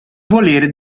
volere